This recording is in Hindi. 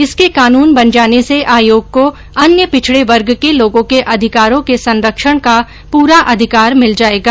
इसके कानून बन जाने से आयोग को अन्य पिछड़े वर्ग के लोगों के अधिकारों के संरक्षण का पूरा अधिकार मिल जायेगा